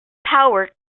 power